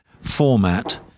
format